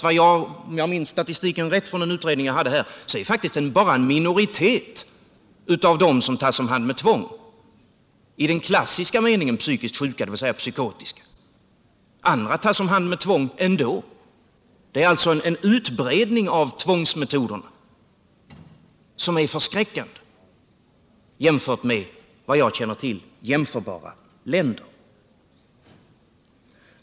Om jag minns rätt när det gäller den statistik som jag hade, är det faktiskt bara en minoritet som tas om hand med tvång, dvs. i fråga om de i klassisk mening psykiskt sjuka. Andra tas om hand med tvång ändå. Det är alltså fråga om en utbredning av tvångsmetoderna som är förskräckande, jämfört med vad jag känner till från andra jämförbara länder.